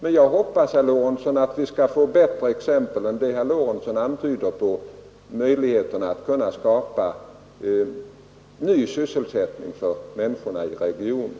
Men jag hoppas, herr Lorentzon, att vi skall få ännu bättre exempel än de herr Lorentzon antyder när det gäller möjligheterna att skapa ny sysselsättning för människorna i regionen.